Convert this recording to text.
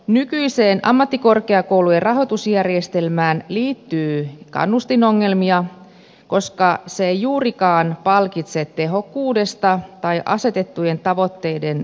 nykyiseen ammattikorkeakoulujen rahoitusjärjestelmään liittyy kannustinongelmia koska se ei juurikaan palkitse tehokkuudesta tai asetettujen tavoitteiden saavuttamisesta